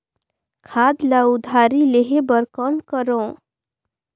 खाद ल उधारी लेहे बर कौन करव?